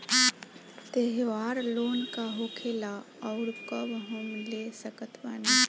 त्योहार लोन का होखेला आउर कब हम ले सकत बानी?